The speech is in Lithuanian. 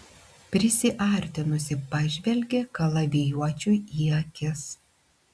prisiartinusi pažvelgė kalavijuočiui į akis